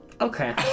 Okay